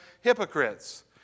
hypocrites